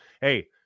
Hey